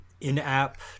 in-app